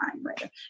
right